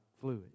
fluid